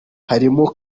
harimo